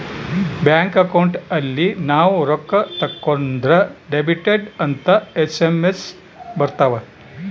bank account ಅಲ್ಲಿ ನಾವ್ ರೊಕ್ಕ ತಕ್ಕೊಂದ್ರ ಡೆಬಿಟೆಡ್ ಅಂತ ಎಸ್.ಎಮ್.ಎಸ್ ಬರತವ